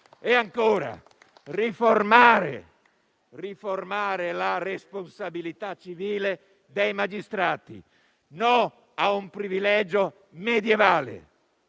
occorre riformare la responsabilità civile dei magistrati. No a un privilegio medievale: